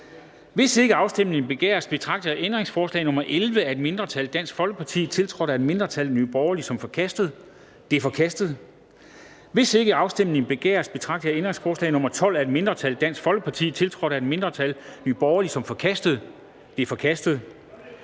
Hvis ikke afstemning begæres, betragter jeg ændringsforslag nr. 11 af et mindretal (DF), tiltrådt af et mindretal (NB), som forkastet. Det er forkastet. Hvis ikke afstemning begæres, betragter jeg ændringsforslag nr. 12 af et mindretal (DF), tiltrådt af et mindretal (NB), som forkastet. Det er forkastet.